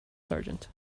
sergeant